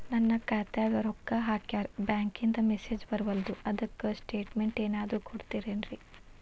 ನನ್ ಖಾತ್ಯಾಗ ರೊಕ್ಕಾ ಹಾಕ್ಯಾರ ಬ್ಯಾಂಕಿಂದ ಮೆಸೇಜ್ ಬರವಲ್ದು ಅದ್ಕ ಸ್ಟೇಟ್ಮೆಂಟ್ ಏನಾದ್ರು ಕೊಡ್ತೇರೆನ್ರಿ?